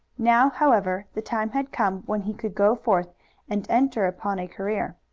now, however, the time had come when he could go forth and enter upon a career.